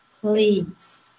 please